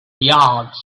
yards